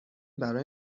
برای